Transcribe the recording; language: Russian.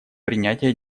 принятия